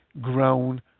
grown